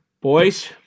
Boys